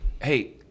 Hey